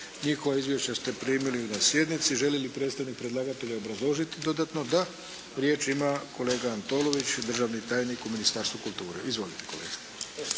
Njihova izvješća ste primili na sjednici. Želi li predstavnik predlagatelja obrazložiti dodatno? Da. Riječ ima kolega Antolović, državni tajnik u Ministarstvu kulture. Izvolite kolega.